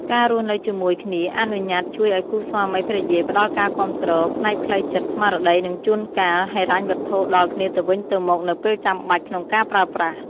ការរស់នៅជាមួយគ្នាអនុញ្ញាតជួយឱ្យគូស្វាមីភរិយាផ្ដល់ការគាំទ្រ ផ្នែកផ្លូវចិត្ត ស្មារតី និងជួនកាលហិរញ្ញវត្ថុ ដល់គ្នាទៅវិញទៅមកនៅពេលចាំបាច់ក្នុងការប្រើប្រាស់។